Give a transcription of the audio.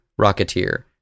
Rocketeer